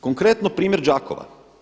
Konkretno, primjer Đakova.